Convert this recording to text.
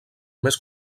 més